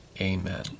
Amen